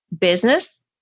Business